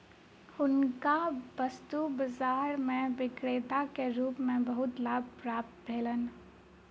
हुनका वस्तु बाजार में विक्रेता के रूप में बहुत लाभ प्राप्त भेलैन